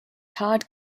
todd